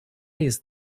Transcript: jest